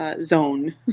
zone